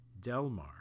Delmar